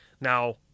Now